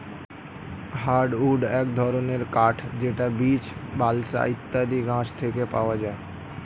hardwood এক ধরনের কাঠ যেটা বীচ, বালসা ইত্যাদি গাছ থেকে পাওয়া যায়